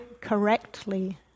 correctly